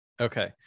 Okay